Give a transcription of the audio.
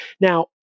now